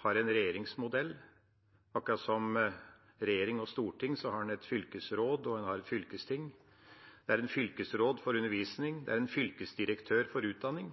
har en regjeringsmodell, akkurat som regjering og storting – en har et fylkesråd, og en har et fylkesting. Det er en fylkesråd for undervisning, det er en fylkesdirektør for utdanning,